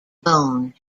bone